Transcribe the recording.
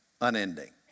unending